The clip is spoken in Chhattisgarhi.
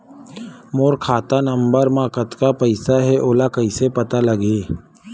मोर खाता नंबर मा कतका पईसा हे ओला कइसे पता लगी?